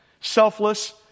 Selfless